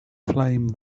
flame